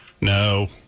no